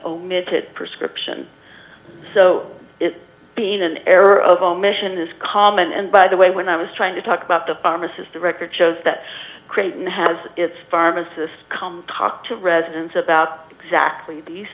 omitted prescription so it being an error of omission is common and by the way when i was trying to talk about the pharmacist the record shows that creighton has its pharmacists come talk to residents about tackling these